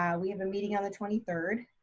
ah ah we have a meeting on the twenty third.